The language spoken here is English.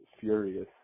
furious